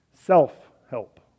Self-help